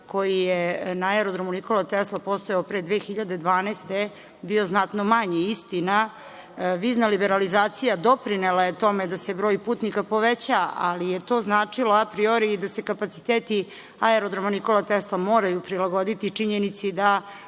koji je na aerodromu „Nikola Tesla“ postojao pre 2012. godine bio znatno manji. Istina, vizna liberalizacija doprinela je tome da se broj putnika poveća, ali je to značilo apriori da se kapaciteti aerodroma „Nikola Tesla“ moraju prilagoditi činjenici da